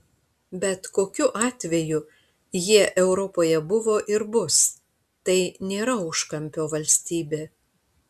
bet kokiu atveju jie europoje buvo ir bus tai nėra užkampio valstybė